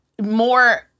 more